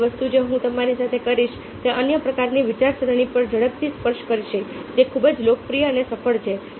છેલ્લી વસ્તુ જે હું તમારી સાથે કરીશ તે અન્ય પ્રકારની વિચારસરણી પર ઝડપથી સ્પર્શ કરીશ જે ખૂબ જ લોકપ્રિય અને સફળ છે